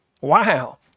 Wow